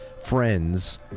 friends